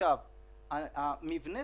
שמעתי